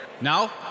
Now